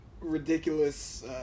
Ridiculous